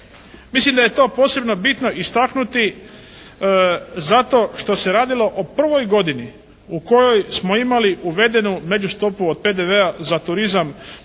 Mislim da je to posebno bitno istaknuti zato što se radilo o prvoj godini u kojoj smo imali uvedenu međustopu od PDV-a za turizam